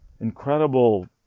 incredible